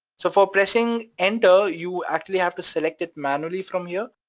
so for pressing enter, you actually have to select it manually from here,